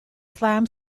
slam